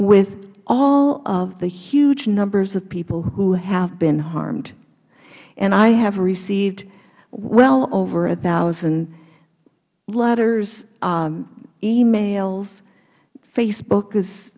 with all of the huge numbers of people who have been harmed and i have received well over one thousand letters emails facebook is